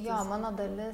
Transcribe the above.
jo mano dalis